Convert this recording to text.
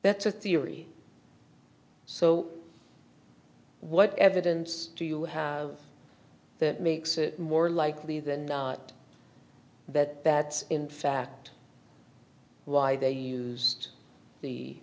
that's a theory so what evidence do you have that makes it more likely than not that that's in fact why they used the